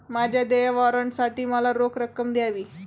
माझ्या देय वॉरंटसाठी मला रोख रक्कम द्यावी